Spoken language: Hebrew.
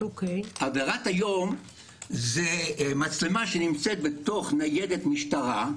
עבירת היום זה מצלמה שנמצאת בתוך ניידת משטרה,